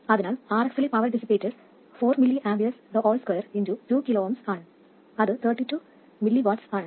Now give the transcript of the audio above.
അതിനാൽ Rx ലെ power dissipated 2 2 kΩ ആണ് അത് 32 mW ആണ്